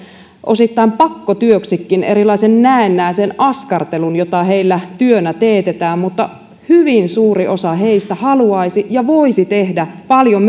osittain pakkotyöksikin erilaisen näennäisen askartelun jota heillä työnä teetetään mutta hyvin suuri osa heistä haluaisi ja voisi tehdä paljon